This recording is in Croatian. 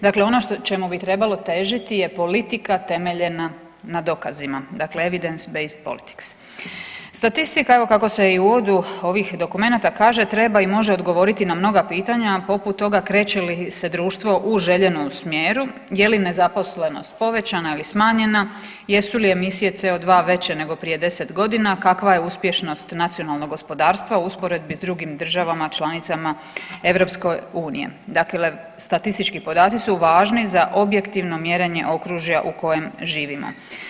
Dakle, ono što, čemu bi trebalo težiti je politika temeljena na dokazima, dakle… [[Govornik se ne razumije]] Statistika, evo kako se i u uvodu ovih dokumenata kaže treba i može odgovoriti na mnoga pitanja poput toga kreće li se društvo u željenom smjeru, je li nezaposlenost povećana ili smanjena, jesu li emisije CO2 veće nego prije 10.g., kakva je uspješnost nacionalnog gospodarstva u usporedbi s drugim državama članicama EU, dakle statistički podaci su važni za objektivno mjerenje okružja u kojem živimo.